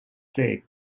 sake